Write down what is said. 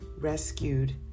rescued